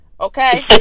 Okay